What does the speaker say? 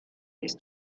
ist